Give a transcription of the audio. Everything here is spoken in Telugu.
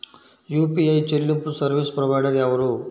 యూ.పీ.ఐ చెల్లింపు సర్వీసు ప్రొవైడర్ ఎవరు?